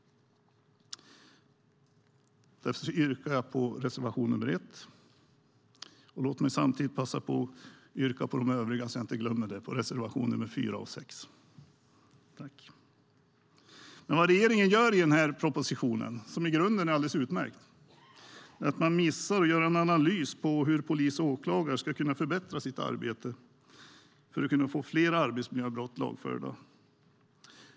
Jag yrkar bifall till reservation 1. Låt mig samtidigt passa på att yrka bifall till reservationerna 4 och 6. Vad regeringen gör i propositionen, som i grunden är alldeles utmärkt, är att missa att göra en analys av hur polis och åklagare kan förbättra sitt arbete för att få fler arbetsmiljöbrott lagförda.